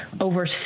over